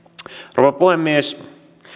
rouva puhemies